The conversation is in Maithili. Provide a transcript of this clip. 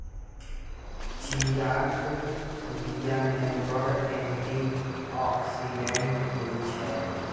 चीयाक बीया मे बड़ एंटी आक्सिडेंट होइ छै